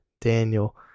daniel